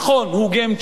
הואgame changer ,